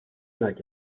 ترسناک